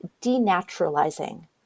denaturalizing